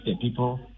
people